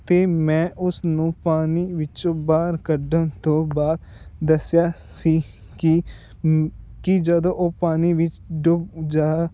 ਅਤੇ ਮੈਂ ਉਸ ਨੂੰ ਪਾਣੀ ਵਿੱਚੋਂ ਬਾਹਰ ਕੱਢਣ ਤੋਂ ਬਾਅਦ ਦੱਸਿਆ ਸੀ ਕਿ ਕਿ ਜਦੋਂ ਉਹ ਪਾਣੀ ਵਿੱਚ ਡੁੱਬ ਜਾ